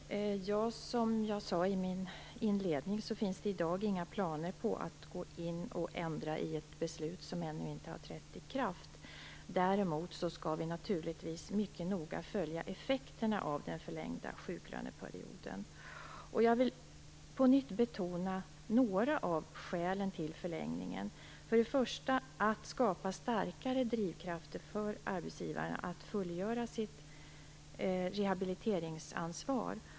Herr talman! Som jag sade i inledningen finns det i dag inga planer på att gå in och ändra i ett beslut som ännu inte har trätt i kraft. Däremot skall regeringen naturligtvis mycket noga följa effekterna av den förlängda sjuklöneperioden. Jag vill på nytt betona några av skälen till förlängningen. För det första gäller det att skapa starkare drivkrafter för arbetsgivaren att fullgöra sitt rehabiliteringsansvar.